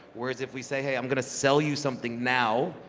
whereas if we say hey i'm gonna sell you something now,